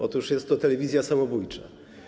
Otóż jest to telewizja samobójcza.